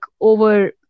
over